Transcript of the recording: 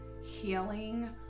healing